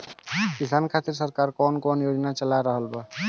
किसान खातिर सरकार क कवन कवन योजना चल रहल बा?